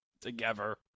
together